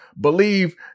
believe